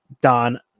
Don